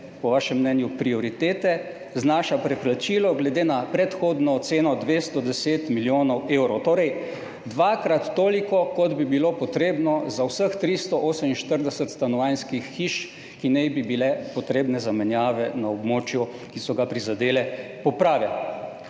po vašem mnenju prioritete, znaša preplačilo glede na predhodno oceno 210 milijonov evrov. Torej dvakrat toliko, kot bi bilo potrebno za vseh 348 stanovanjskih hiš, ki naj bi jih bilo treba zamenjati na območju, ki so ga prizadele poplave.